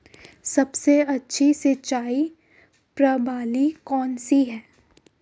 सबसे अच्छी सिंचाई प्रणाली कौन सी है?